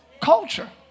culture